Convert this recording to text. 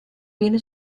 viene